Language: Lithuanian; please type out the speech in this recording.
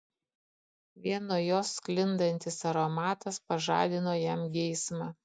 vien nuo jos sklindantis aromatas pažadino jam geismą